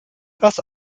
das